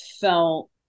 felt